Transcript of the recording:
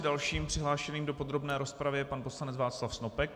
Dalším přihlášeným do podrobné rozpravy je pan poslanec Václav Snopek.